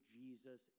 Jesus